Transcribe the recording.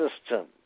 system